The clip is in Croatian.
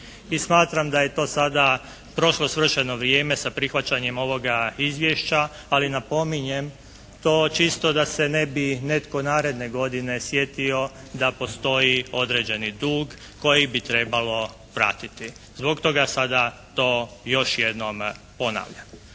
smatram da je to sada prošlo svršeno vrijeme sa prihvaćanjem ovoga izvješća, ali napominjem to čisto da se ne bi netko naredne godine sjetio da postoji određeni dug koji bi trebalo vratiti. Zbog toga sada to još jednom ponavljam.